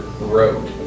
road